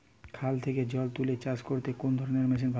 খাল থেকে জল তুলে চাষ করতে কোন ধরনের মেশিন ভালো?